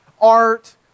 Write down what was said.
art